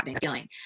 feeling